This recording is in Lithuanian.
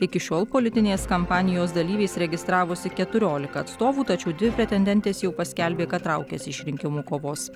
iki šiol politinės kampanijos dalyviais registravosi keturiolika atstovų tačiau dvi pretendentės jau paskelbė kad traukiasi iš rinkimų kovos